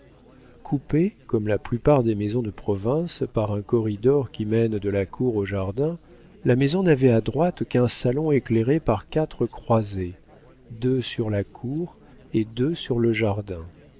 coupée comme la plupart des maisons de province par un corridor qui mène de la cour au jardin la maison n'avait à droite qu'un salon éclairé par quatre croisées deux sur la cour et deux sur le jardin